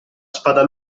spada